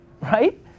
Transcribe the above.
Right